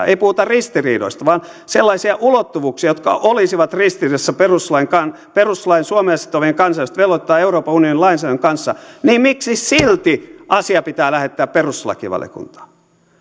ei puhuta ristiriidoista vaan sellaisia ulottuvuuksia jotka olisivat ristiriidassa perustuslain suomea sitovien kansainvälisten velvoitteiden tai euroopan unionin lainsäädännön kanssa niin miksi silti asia pitää lähettää perustuslakivaliokuntaan